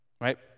right